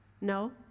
no